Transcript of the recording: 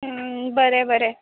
बरें बरें